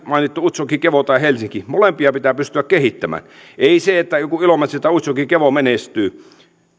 mainittu utsjoki kevo tai helsinki molempia pitää pystyä kehittämään ei niin että joku ilomantsi tai utsjoki kevo menestyy